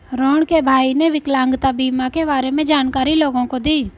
रोहण के भाई ने विकलांगता बीमा के बारे में जानकारी लोगों को दी